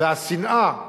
והשנאה יעלו.